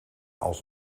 als